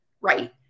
right